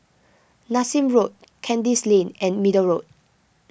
Nassim Road Kandis Lane and Middle Road